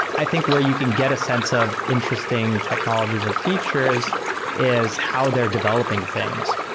i think where you can get a sense of interesting technologies and features is how they're developing things.